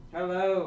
Hello